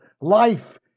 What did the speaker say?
life